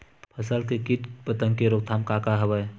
फसल के कीट पतंग के रोकथाम का का हवय?